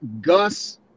Gus